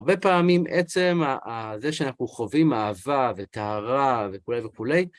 הרבה פעמים, עצם זה שאנחנו חווים אהבה וטהרה וכו׳ וכו׳,